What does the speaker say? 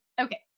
Okay